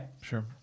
sure